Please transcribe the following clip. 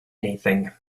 anything